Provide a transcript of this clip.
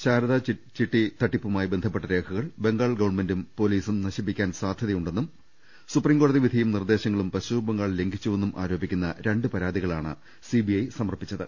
ശാരദാ ചിട്ടി തട്ടിപ്പുമായി ബന്ധപ്പെട്ട രേഖകൾ ബംഗാൾ ഗവൺമെന്റും പൊലീസും നശിപ്പിക്കാൻ സാധ്യതയു ണ്ടെന്നും സുപ്രീം കോടതി വിധിയും നിർദേശങ്ങളും പശ്ചിമ ബംഗാൾ ലംഘിച്ചുവെന്നും ആരോപിക്കുന്ന രണ്ട് പരാതികളാണ് സിബിഐ സമർപ്പിച്ചത്